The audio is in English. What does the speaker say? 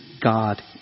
God